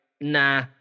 Nah